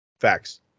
Facts